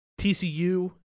TCU